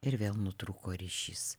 ir vėl nutrūko ryšys